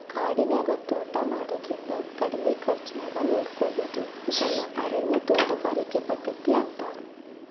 ಕಾಡಿನ್ಯಾಗ ತೋಟಾ ಮಾಡೋದ್ರಿಂದ ಕಡಿಮಿ ಖರ್ಚಾನ್ಯಾಗ ನೋಡ್ಕೋಬೋದು ಇದನ್ನ ಅರಣ್ಯ ತೋಟಗಾರಿಕೆ ಪದ್ಧತಿ ಅಂತಾರ